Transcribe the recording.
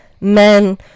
men